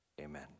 amen